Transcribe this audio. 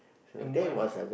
and why